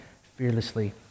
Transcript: fearlessly